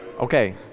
Okay